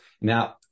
Now